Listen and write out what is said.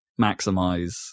maximize